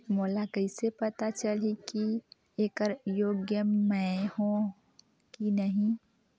मोला कइसे पता चलही की येकर योग्य मैं हों की नहीं?